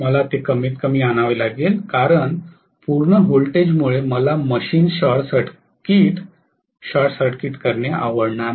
मला ते कमीतकमी आणावे लागेल कारण पूर्ण व्होल्टेजमुळे मला मशीन शॉर्ट सर्किट करणे आवडणार नाही